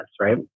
right